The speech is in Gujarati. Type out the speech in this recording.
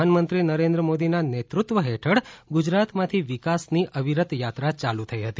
પ્રધાનમંત્રી નરેન્દ્ર મોદીના નેતૃત્વ હેઠળ ગુજરાતમાંથી વિકાસની અવિરત યાત્રા યાલુ થઇ હતી